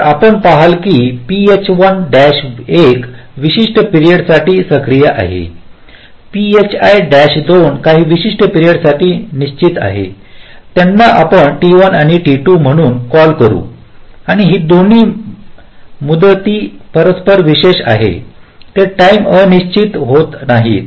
तर आपण पहाल की phi 1 विशिष्ट पिरियडसाठी सक्रिय आहे phi 2 काही विशिष्ट पिरियडसाठी निश्चित आहे त्यांना आपण T1 आणि T2 म्हणून कॉल करू आणि ही दोन्ही मुदती परस्पर विशेष आहेत ते टाईम आच्छादित होत नाहीत